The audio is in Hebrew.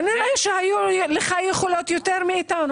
כנראה שלך היו יותר יכולות מאשר לנו.